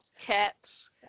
cats